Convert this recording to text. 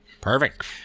Perfect